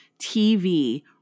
TV